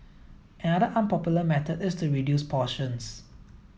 another unpopular method is to reduce portions